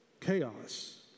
chaos